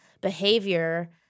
behavior